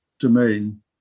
domain